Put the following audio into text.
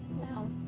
No